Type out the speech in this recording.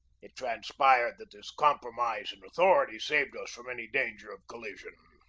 it trans pired that this compromise in authority saved us from any danger of collision.